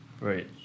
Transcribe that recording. Right